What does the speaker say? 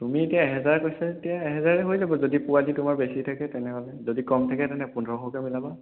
তুমি এতিয়া এহেজাৰ কৈছা যেতিয়া এহেজাৰে হৈ যাব যদি কোৱালিটি তোমাৰ বেছি থাকে তেনেহ'লে যদি কম থাকে তেনে পোন্ধৰশকে হৈ যাব